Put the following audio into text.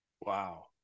Wow